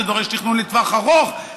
זה דורש תכנון לטווח ארוך,